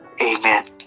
amen